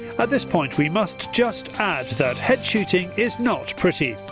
this point we must just add that head shooting is not pretty.